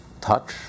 touch